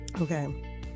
Okay